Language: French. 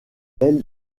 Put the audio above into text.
belle